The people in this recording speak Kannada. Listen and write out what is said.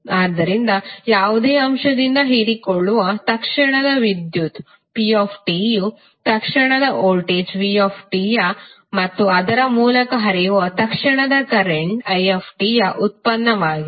ಆದ್ದರಿಂದ ಯಾವುದೇ ಅಂಶದಿಂದ ಹೀರಿಕೊಳ್ಳುವ ತಕ್ಷಣದ ವಿದ್ಯುತ್ ptಯು ತಕ್ಷಣದ ವೋಲ್ಟೇಜ್ vt ಯ ಮತ್ತು ಅದರ ಮೂಲಕ ಹರಿಯುವ ತಕ್ಷಣದ ಕರೆಂಟ್itಯ ಉತ್ಪನ್ನವಾಗಿದೆ